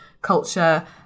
culture